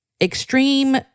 extreme